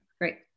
Great